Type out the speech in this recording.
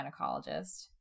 gynecologist